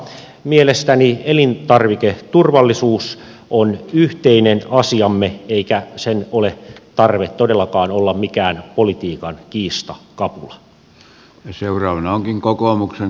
mielestäni elintarviketurvallisuus on yhteinen asiamme eikä sen ole tarve todellakaan olla mikään politiikan kiistakapula